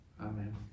Amen